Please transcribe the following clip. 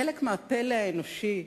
חלק מהפלא האנושי,